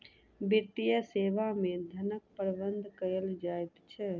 वित्तीय सेवा मे धनक प्रबंध कयल जाइत छै